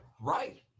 Right